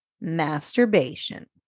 masturbation